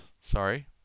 sorry